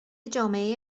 جامعه